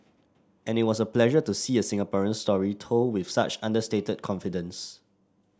and it was a pleasure to see a Singaporean story told with such understated confidence